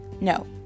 No